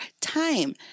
time